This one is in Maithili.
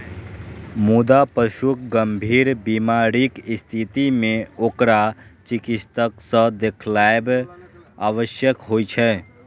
मुदा पशुक गंभीर बीमारीक स्थिति मे ओकरा चिकित्सक सं देखाएब आवश्यक होइ छै